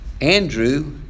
Andrew